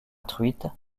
truites